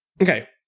okay